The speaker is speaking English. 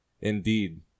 Indeed